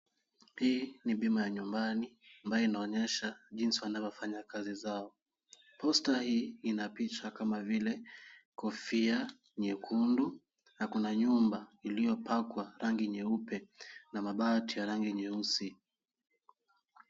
Hii ni bima ya nyumbani ambayo inaonyesha jinsi wanavyofanya kazi zao. Posta hii ina picha kama vile kofia nyekundu, na kuna nyumba iliyopakwa rangi nyeupe na mabati ya rangi nyeusi.